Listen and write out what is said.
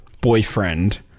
boyfriend